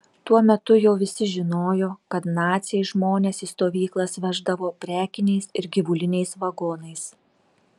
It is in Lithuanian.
tuo metu jau visi žinojo kad naciai žmones į stovyklas veždavo prekiniais ir gyvuliniais vagonais